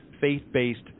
faith-based